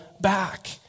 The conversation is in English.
back